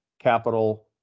capital